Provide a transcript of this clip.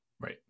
Right